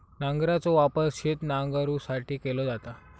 नांगराचो वापर शेत नांगरुसाठी केलो जाता